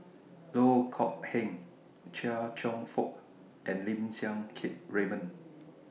Loh Kok Heng Chia Cheong Fook and Lim Siang Keat Raymond